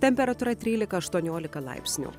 temperatūra trylika aštuoniolika laipsnių